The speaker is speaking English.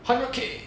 hundred K